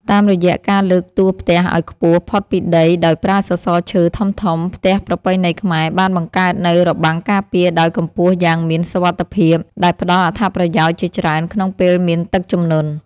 តាមរយៈការលើកតួផ្ទះឱ្យខ្ពស់ផុតពីដីដោយប្រើសសរឈើធំៗ ផ្ទះប្រពៃណីខ្មែរបានបង្កើតនូវរបាំងការពារដោយកម្ពស់យ៉ាងមានសុវត្ថិភាព ដែលផ្តល់អត្ថប្រយោជន៍ជាច្រើនក្នុងពេលមានទឹកជំនន់។